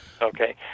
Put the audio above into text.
Okay